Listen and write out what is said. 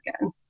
again